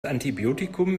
antibiotikum